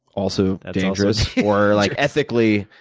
also dangerous or like ethically